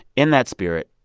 in that spirit,